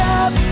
up